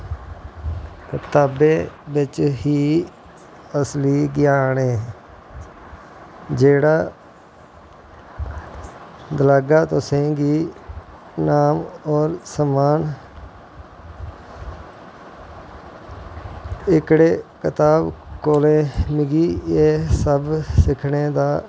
कताबें बिच्च ही असली ज्ञान ऐ जेह्ड़ा गलागा तुसें गी नाम और सम्मान एह्कड़े कताब कोले मिगी एह् सब सिक्खने दा